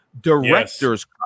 directors